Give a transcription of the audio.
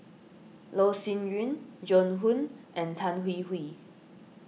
Loh Sin Yun Joan Hon and Tan Hwee Hwee